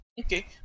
okay